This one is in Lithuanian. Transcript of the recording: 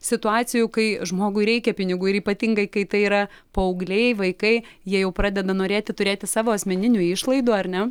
situacijų kai žmogui reikia pinigų ir ypatingai kai tai yra paaugliai vaikai jie jau pradeda norėti turėti savo asmeninių išlaidų ar ne